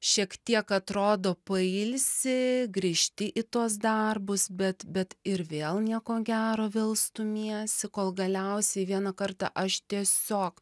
šiek tiek atrodo pailsi grįžti į tuos darbus bet bet ir vėl nieko gero vėl stumiesi kol galiausiai vieną kartą aš tiesiog